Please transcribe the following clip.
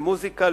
למוזיקה,